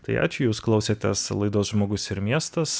tai ačiū jūs klausėtės laidos žmogus ir miestas